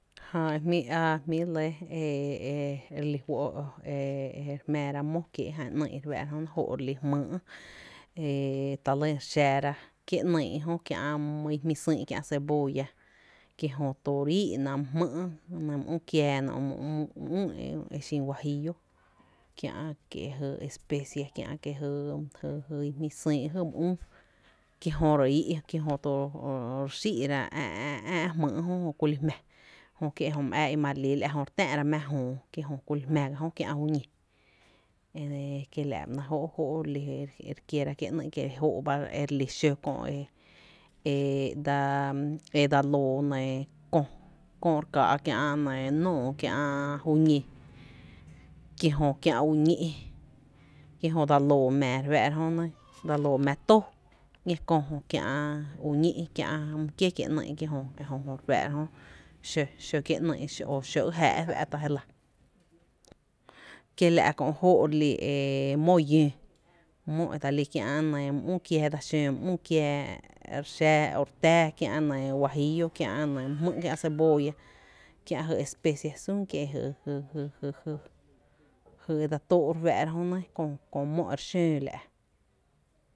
Jää e jmí a jmí re lɇ e e re lí fó’ e e re jmⱥⱥra mó kiee’ jan ‘nyy’ re fá’ra jö ne jää re li fó’ re lí jmýý’ talyn xara kie ‘nyy’ jö kiä’ i jmí sÿÿ’ kiä’ cebolla, ki jö re ‘íí’ na my jmý’ jö, my üü kiaa né kiä’ my üü e xin huajillo kiä’ kie’ jy especie, kiä’ kie’ jy i jmí sÿÿ jy my üü kie jö re ´´i’ kie’ jö re xíí’ra ä’ ä’ jmýý’ jö ki kuli jmⱥ jö kie’ my ää i’ marelii la’ kie Jó re tⱥⱥ’ra mⱥ jöö ki jö ku li jmⱥ ga jö kiä’ juñi e kiela’ ba ‘néé’ jóó’ ere li e rekiera kié ´nyy’ kie´joo’ba e relí xǿ kö’ e dsa lǿǿ kö re káá’ kiä’ nóoó kiä’ juñi, kie’ jö kiä’ u ñí’ kiejö dsa loo mⱥⱥ re fⱥⱥ’ra jö ne, kie’ jö dsa loo mⱥⱥ dsa loo mⱥ tóó kö’ jö, kiä’ uñí’, kiä’ my kié kiee’ ‘nyy’ ejö jö re fáá’ra jö xǿ kiee’ ‘nyy’, xǿ ý jⱥⱥ’ fáá’raá’ je lⱥ, kieñla’ kö joo’ reli mó llǿǿ, mó e dsa lí kiä’ e my üü kiáá, dsa xǿǿ my üü kiáá o re xⱥⱥ o re tⱥⱥ, kiä’ my jmý’, kiä’ huajillo’. kiä’ cebolla, kiä’ jy especia sun kie’ jy jy jy e dsa tóó kö mó e re xǿǿ la’.